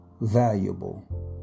valuable